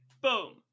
Boom